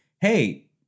Hey